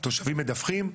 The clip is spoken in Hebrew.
תושבים מדווחים,